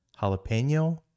jalapeno